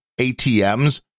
ATMs